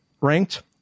ranked